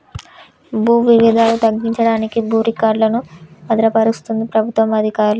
భూ వివాదాలు తగ్గించడానికి భూ రికార్డులను భద్రపరుస్తది ప్రభుత్వ అధికారులు